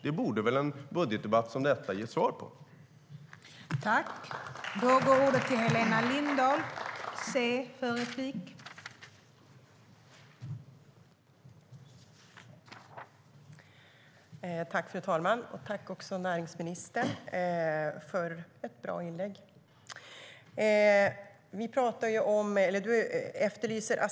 Det borde väl en budgetdebatt som denna ge svar på.